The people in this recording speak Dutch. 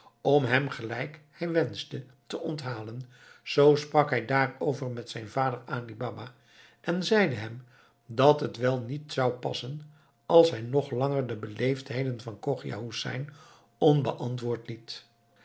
om hem gelijk hij wenschte te onthalen zoo sprak hij daarover met zijn vader ali baba en zeide hem dat het wel niet zou passen als hij nog langer de beleefdheden van chogia hoesein onbeantwoord liet